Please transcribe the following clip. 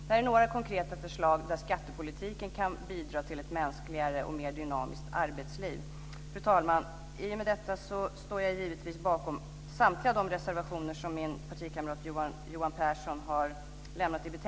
Det är några konkreta förslag där skattepolitiken kan bidra till ett mänskligare och mer dynamiskt arbetsliv. Fru talman! I och med detta står jag givetvis bakom samtliga de reservationer som min partikamrat